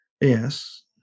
yes